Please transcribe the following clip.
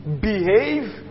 behave